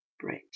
bridge